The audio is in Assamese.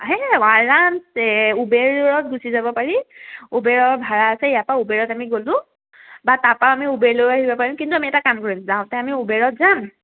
সেই আৰামছে উবেৰত গুচি যাব পাৰি উবেৰৰ ভাড়া আছে ইয়াৰ পৰা উবেৰত আমি গ'লোঁ বা তাৰপৰা আমি উবেৰ লৈও আহিব পাৰিম কিন্তু আমি এটা কাম কৰিম যাওঁতে আমি উবেৰত যাম